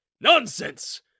Nonsense